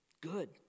good